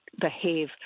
behave